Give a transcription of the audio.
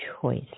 choice